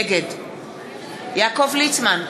נגד יעקב ליצמן,